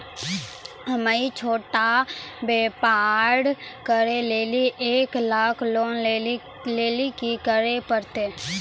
हम्मय छोटा व्यापार करे लेली एक लाख लोन लेली की करे परतै?